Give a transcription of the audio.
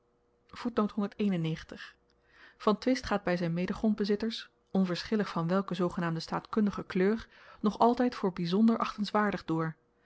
van twist gaat by z'n medegrondbezitters onverschillig van welke z g n staatkundige kleur nog altyd voor byzonder achtenswaardig door